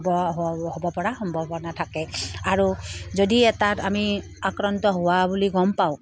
হ'ব পৰা সম্ভাৱনা থাকে আৰু যদি এটাত আমি আক্ৰান্ত হোৱা বুলি গম পাওঁ